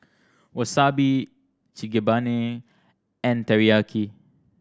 Wasabi Chigenabe and Teriyaki